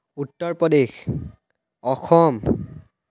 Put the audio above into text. Uttar Pradesh Assam